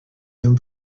him